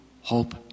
hope